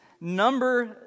number